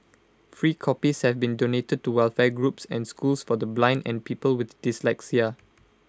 free copies have been donated to welfare groups and schools for the blind and people with dyslexia